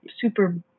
super